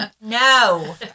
No